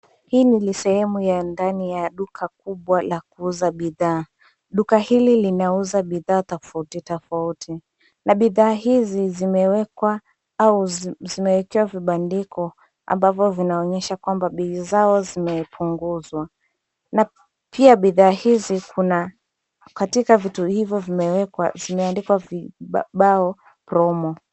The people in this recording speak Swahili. Hii ni sehemu ya ndani ya duka kubwa la kuuza bidhaa. Duka hili linauza bidhaa tofauti tofauti, na bidhaa hizi zimewekwa au zimewekewa vibandiko ambavyo vinaonyesha kwamba bei zao zimepunguzwa. Pia bidhaa hizi kuna katika vitu hivyo vimewekwa vimeandikwa vibao promo .